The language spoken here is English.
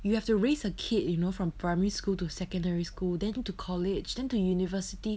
you have to raise a kid you know from primary school to secondary school then to college then to university